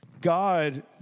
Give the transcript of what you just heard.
God